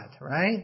right